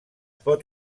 pot